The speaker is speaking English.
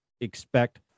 expect